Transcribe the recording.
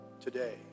today